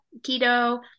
keto